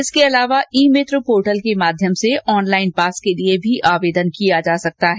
इसके अलावा e Mitra portal के माध्यम से ऑनलाइन पास के लिए भी आवेदन किया जा सकता है